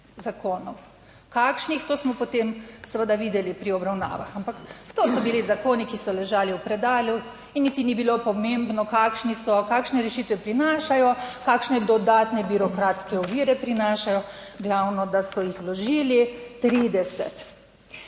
Kakšnih? To smo potem seveda videli pri obravnavah, ampak to so bili zakoni, ki so ležali v predalu in niti ni bilo pomembno kakšni so, kakšne rešitve prinašajo, kakšne dodatne birokratske ovire prinašajo. Glavno, da so jih vložili 30.